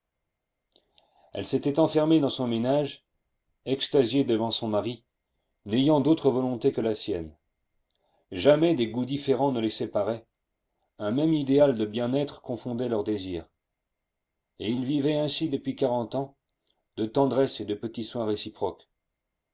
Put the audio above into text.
elle s'était enfermée dans son ménage extasiée devant son mari n'ayant d'autre volonté que la sienne jamais des goûts différents ne les séparaient un même idéal de bien-être confondait leurs désirs et ils vivaient ainsi depuis quarante ans de tendresse et de petits soins réciproques